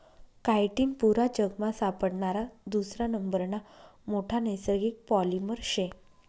chitin पुरा जगमा सापडणारा दुसरा नंबरना मोठा नैसर्गिक पॉलिमर शे